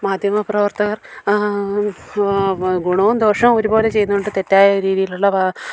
മാധ്യമ പ്രവർത്തകർ ഗുണവും ദോഷവും ഒരുപോലെ ചെയ്യുന്നുണ്ട് തെറ്റായ രീതിയിലുള്ളവ